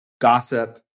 gossip